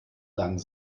lang